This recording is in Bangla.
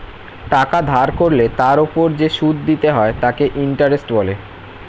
টাকা ধার করলে তার ওপর যে সুদ দিতে হয় তাকে ইন্টারেস্ট বলে